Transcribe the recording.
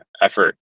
effort